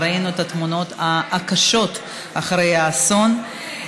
שראינו את התמונות הקשות אחרי האסון.